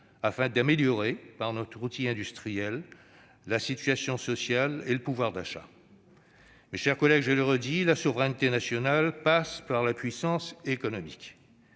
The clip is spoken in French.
afin d'améliorer, par notre outil industriel, la situation sociale et le pouvoir d'achat. Mes chers collègues, je le redis, la souveraineté nationale passe par la puissance économique.